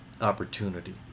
opportunity